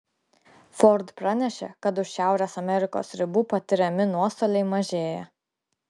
ford pranešė kad už šiaurės amerikos ribų patiriami nuostoliai mažėja